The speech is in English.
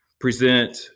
present